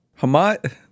Hamat